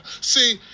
see